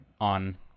on